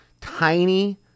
tiny